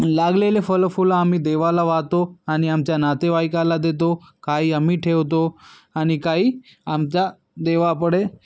लागलेले फळंफुलं आम्ही देवाला वाहतो आणि आमच्या नातेवाईकाला देतो काही आम्ही ठेवतो आणि काही आमच्या देवापुढे